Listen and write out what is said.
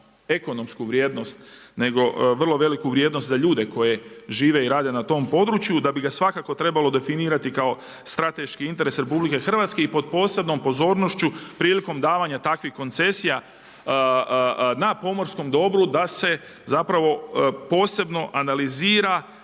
ekonomsku vrijednost nego vrlo veliku vrijednost za ljude koji žive i rade na tom području da bi ga svakako trebalo definirati strateški interes RH i pod posebnom pozornošću prilikom davanja takvih koncesija, na pomorskom dobru da se zapravo posebno analizira